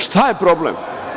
Šta je problem?